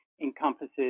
Encompasses